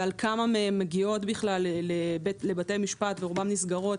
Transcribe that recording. ועל כמה מהן מגיעות בכלל לבתי משפט; רובן נסגרות